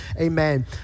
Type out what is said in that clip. Amen